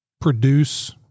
produce